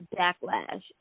backlash